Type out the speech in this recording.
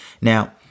Now